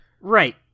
Right